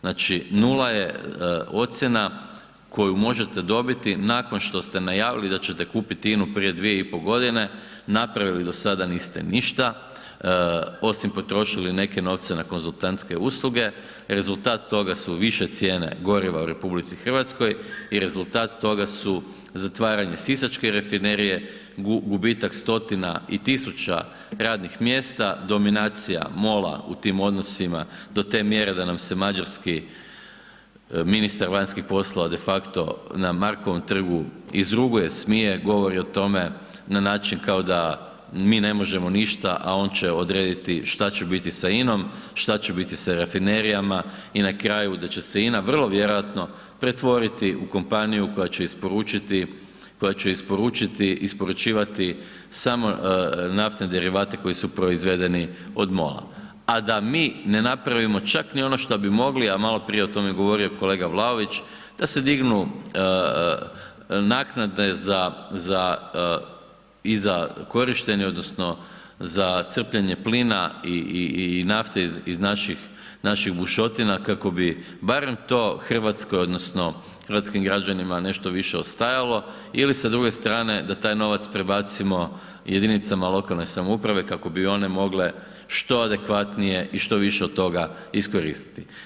Znači nula je ocjena koju možete dobiti nakon što ste najavili da ćete kupiti INA-u prije 2,5 g., napravili do sada niste ništa osim potrošili neke novce na konzultantske usluge, rezultat toga su više cijene goriva u RH i rezultat toga su zatvaranje sisačke rafinerije, gubitak stotina i tisuća radnih mjesta, dominacija MOL-a u tim odnosima to mjere da nam se mađarski ministar vanjskih poslova de facto na Markovu trgu izruguje, smije, govori o tome na način kao da mi ne možemo ništa a on će odrediti šta će biti sa INA-om, šta će biti sa rafinerijama, i na kraju da će INA vrlo vjerojatno pretvoriti u kompaniju koja će isporučivati samo naftne derivate koji su proizvedeni od MOL-a a da mi ne napravimo čak ni ono šta bi mogli a maloprije je o tome govorio kolega Vlaović, da se dignu naknade i za korištenje odnosno za crpljenje plina i nafte iz naših bušotina kako bi barem to Hrvatskoj odnosno hrvatskim građanima nešto više ostajalo ili sa druge strane da taj novac prebacimo jedinicama lokalne samouprave kako bi one mogle što adekvatnije i što više od toga iskoristiti.